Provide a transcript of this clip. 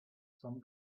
some